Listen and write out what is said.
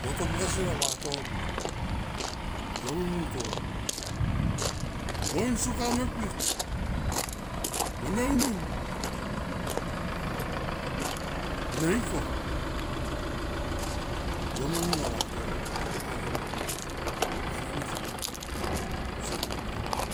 Mo to buka sier a vatono yo me mung tong, mo in suku anga me blik mone unun mone him kok yo me mung anga vatono toi mana nama. Mana na ka mepka sier mo lunga moi,